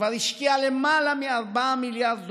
שכבר השקיעה למעלה מ-4 מיליארד דולר.